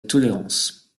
tolérance